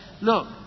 Look